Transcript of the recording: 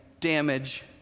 damage